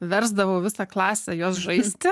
versdavau visą klasę juos žaisti